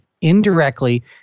indirectly